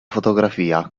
fotografia